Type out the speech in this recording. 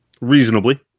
reasonably